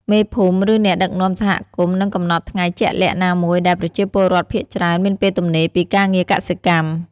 មេភូមិ ឬអ្នកដឹកនាំសហគមន៍នឹងកំណត់ថ្ងៃជាក់លាក់ណាមួយដែលប្រជាពលរដ្ឋភាគច្រើនមានពេលទំនេរពីការងារកសិកម្ម។